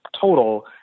total